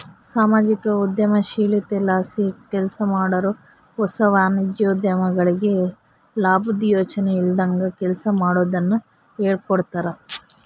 ಸಾಮಾಜಿಕ ಉದ್ಯಮಶೀಲತೆಲಾಸಿ ಕೆಲ್ಸಮಾಡಾರು ಹೊಸ ವಾಣಿಜ್ಯೋದ್ಯಮಿಗಳಿಗೆ ಲಾಬುದ್ ಯೋಚನೆ ಇಲ್ದಂಗ ಕೆಲ್ಸ ಮಾಡೋದುನ್ನ ಹೇಳ್ಕೊಡ್ತಾರ